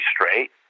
straight